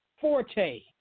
forte